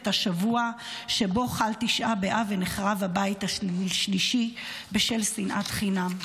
--- בשבוע שבו חל תשעה באב" ונחרב הבית השלישי בשל שנאת חינם.